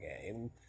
game